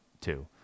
two